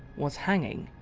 was hanging.